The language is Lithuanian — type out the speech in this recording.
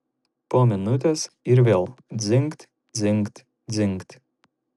po minutės ir vėl dzingt dzingt dzingt